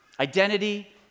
Identity